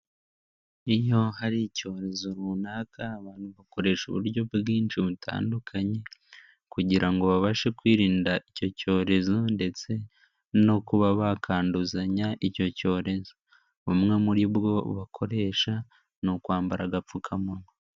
Iyo hari icyorezo runaka, abantu bakoresha uburyo bwinshi butandukanye, kugira ngo babashe kwirinda icyo cyorezo, ndetse no kuba bakwanduzanya icyo cyorezo. Bumwe muri bwo bakoresha, ni ukwambara agapfukamunwa.